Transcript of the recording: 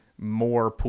more